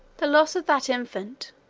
the loss of that infant,